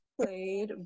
Played